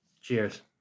cheers